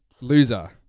loser